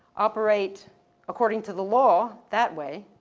operate according to the law, that way,